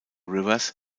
rivers